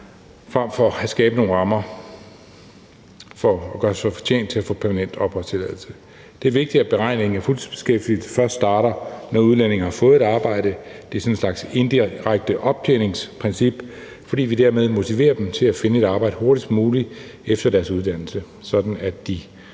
frem for at skabe nogle rammer for at gøre sig fortjent til at få permanent opholdstilladelse. Det er vigtigt, at beregningen af fuldtidsbeskæftigelse først starter, når udlændingen har fået et arbejde. Det er sådan en slags indirekte optjeningsprincip, fordi vi dermed motiverer dem til at finde et arbejde hurtigst muligt efter deres uddannelse, sådan at de